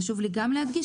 חשוב לי גם להדגיש,